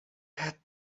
head